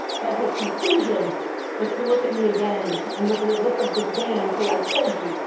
but his conclusion was to look at me again, and with a look of disdain, say, i told you,